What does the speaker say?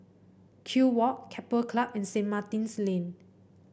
Kew Walk Keppel Club and Saint Martin's Lane